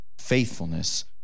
faithfulness